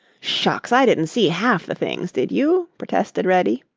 shucks, i didn't see half the things, did you? protested reddy.